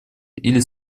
или